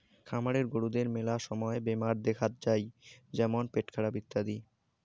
খামারের গরুদের মেলা সময় বেমার দেখাত যাই যেমন পেটখারাপ ইত্যাদি